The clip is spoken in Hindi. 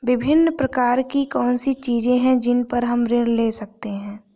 विभिन्न प्रकार की कौन सी चीजें हैं जिन पर हम ऋण ले सकते हैं?